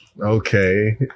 Okay